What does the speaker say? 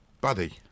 Buddy